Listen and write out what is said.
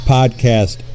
Podcast